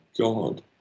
God